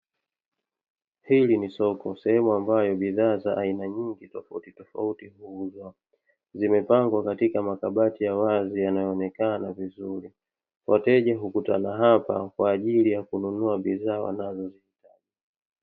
Hili ni soko sehemu ambayo bidhaa za aina nyingi tofauti tofauti huuzwa, zimepangwa katika makabati ya wazi yanayoonekana vizuri, wateja hukutana hapa kwaajili ya kununua bidhaa wanazo zitaka.